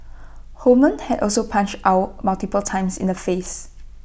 Holman had also punched Ow multiple times in the face